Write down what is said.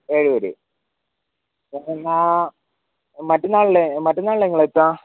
ഏഴ് പേര് എന്ന്ന്നാ മറ്റന്നാളല്ലേ മറ്റന്നാളല്ലേ നിങ്ങൾ എത്തുക